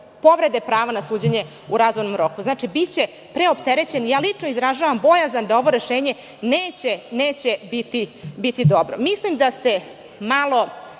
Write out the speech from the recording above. povrede prava na suđenje u razumnom roku. Znači, biće preopterećeni. Lično izražavam bojazan da ovo rešenje neće biti dobro. Mislim da ste malo